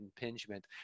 impingement